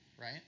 right